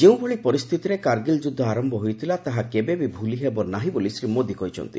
ଯେଉଁଭଳି ପରିସ୍ଥିତିରେ କାର୍ଗିଲ୍ ଯୁଦ୍ଧ ଆରମ୍ଭ ହୋଇଥିଲା ତାହା କେବେବି ଭୁଲିହେବ ନାହିଁ ବୋଲି ଶ୍ରୀ ମୋଦି କହିଛନ୍ତି